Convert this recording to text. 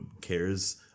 cares